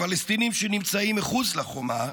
הפלסטינים שנמצאים מחוץ לחומה,